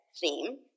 theme